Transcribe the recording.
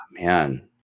Man